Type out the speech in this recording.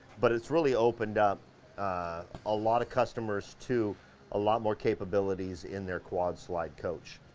but it's really opened up a lot of customers to a lot more capabilities in their quad slide coach.